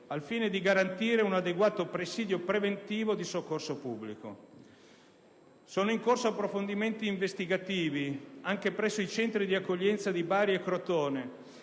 al fine di garantire un adeguato presidio preventivo di soccorso pubblico. Sono in corso approfondimenti investigativi anche presso i centri di accoglienza di Bari e Crotone